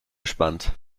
gespannt